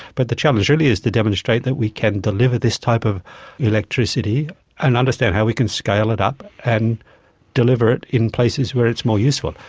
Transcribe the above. but the challenge really is to demonstrate that we can deliver this type of electricity and understand how we can scale it up and deliver it in places where it's more useful.